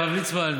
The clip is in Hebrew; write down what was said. הרב ליצמן,